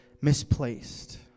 misplaced